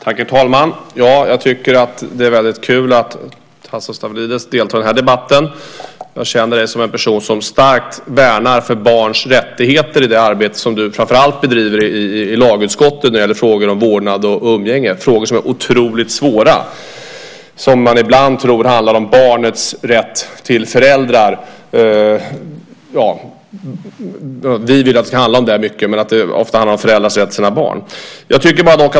Herr talman! Jag tycker att det är kul att Tasso Stafilidis deltar i den här debatten. Jag känner dig som en person som starkt värnar om barns rättigheter i det arbete som du bedriver framför allt i lagutskottet när det gäller frågor om vårdnad och umgänge. Det är frågor som är otroligt svåra. Man tror att de ibland handlar om föräldrars rätt till sina barn.